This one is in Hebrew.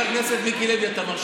מה תעשו